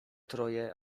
troje